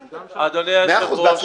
מה?